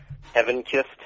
heaven-kissed